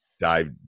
dive